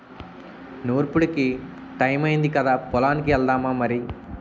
నూర్పుడికి టయమయ్యింది కదా పొలానికి ఎల్దామా మరి